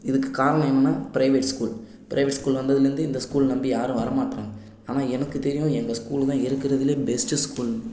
இதுக்கு காரணம் என்னென்னா ப்ரைவேட் ஸ்கூல் ப்ரைவேட் ஸ்கூல் வந்ததுலேருந்து இந்த ஸ்கூல் நம்பி யாரும் வரமாட்றாங்க ஆனால் எனக்கு தெரியும் எங்கள் ஸ்கூல் தான் இருக்கிறதுலயே பெஸ்ட்டு ஸ்கூல்னு